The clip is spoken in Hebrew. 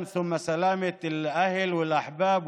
ולאחר מכן על בריאות האנשים,